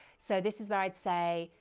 so this is where i'd say,